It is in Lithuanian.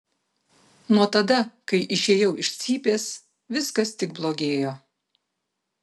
nuo tada kai išėjau iš cypės viskas tik blogėjo